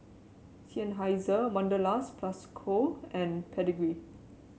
Seinheiser Wanderlust Plus Co and Pedigree